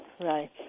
Right